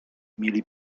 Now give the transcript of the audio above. mieli